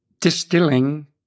distilling